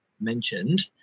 mentioned